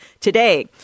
today